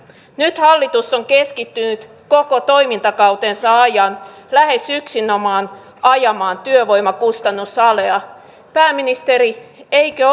nyt hallitus on keskittynyt koko toimintakautensa ajan lähes yksinomaan ajamaan työvoimakustannusalea pääministeri eikö